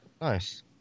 Nice